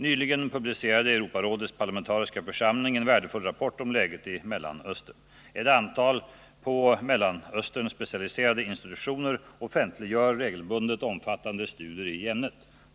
Nyligen publicerade Europarådets parlamentariska församling en värdefull rapport om läget i Mellanöstern. Ett antal på Mellanöstern specialiserade institutio ner offentliggör regelbundet omfattande studier i ämnet.